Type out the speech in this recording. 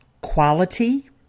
quality